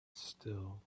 still